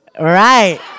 Right